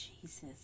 jesus